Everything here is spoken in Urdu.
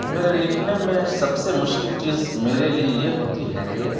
میرے لکھنے میں سب سے مشکل چیز میرے لیے یہ ہوتی ہے کہ